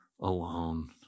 alone